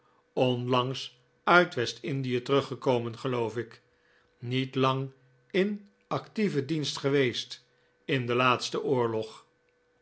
onlangs uit west-indie teruggekomen geloof ik niet lang in actieven dienst geweest in den laatsten oorlog